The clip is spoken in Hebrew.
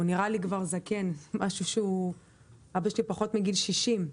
הוא נראה לי כבר זקן, אבא שלי פחות מגיל 60,